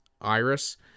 Iris